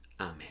Amen